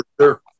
sure